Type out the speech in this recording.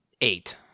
Eight